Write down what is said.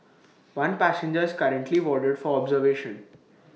one passenger is currently warded for observation